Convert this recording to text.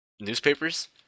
newspapers